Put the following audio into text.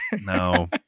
No